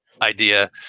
idea